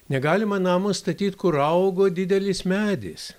negalima namo statyt kur augo didelis medis